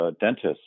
Dentists